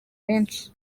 benshi